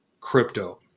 crypto